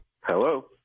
Hello